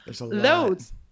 loads